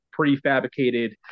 prefabricated